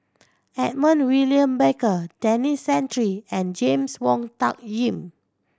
Edmund William Barker Denis Santry and James Wong Tuck Yim